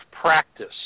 practice